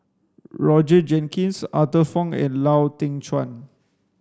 Roger Jenkins Arthur Fong and Lau Teng Chuan